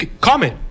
comment